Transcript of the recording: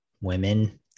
women